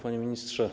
Panie Ministrze!